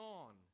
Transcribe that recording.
on